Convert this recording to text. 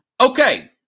Okay